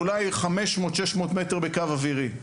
אולי 500-600 מטר בקו אווירי.